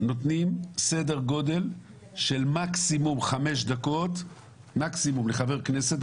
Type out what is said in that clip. נותנים סדר גודל של מקסימום חמש דקות לחבר כנסת,